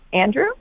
Andrew